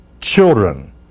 children